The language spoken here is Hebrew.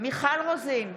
מיכל רוזין,